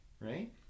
Right